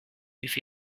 with